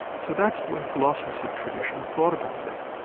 so that's the way philosophers have traditionally thought about this.